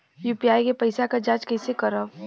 UPI के पैसा क जांच कइसे करब?